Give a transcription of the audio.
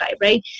right